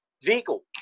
Vehicle